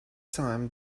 time